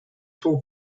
tool